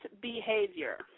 behavior